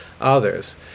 others